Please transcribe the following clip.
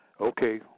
Okay